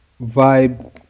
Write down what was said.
vibe